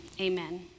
Amen